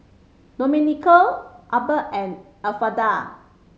Domenico Abbey and Elfreda